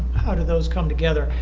how do those come together.